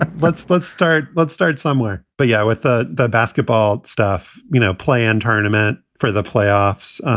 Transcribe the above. but let's let's start. let's start somewhere but, yeah, with the the basketball stuff, you know, play in tournament for the playoffs,